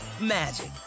magic